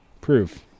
Proof